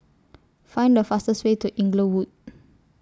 Find The fastest Way to Inglewood